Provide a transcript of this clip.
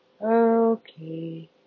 Okay